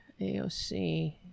AOC